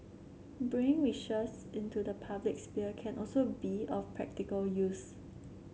bring wishes into the public sphere can also be of practical use